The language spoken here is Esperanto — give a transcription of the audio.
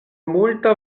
multa